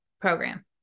program